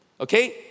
Okay